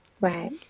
Right